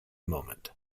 moment